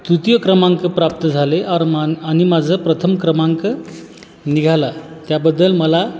तृतीय क्रमांक प्राप्त झाले आरमान आणि माझं प्रथम क्रमांक निघाला त्याबद्दल मला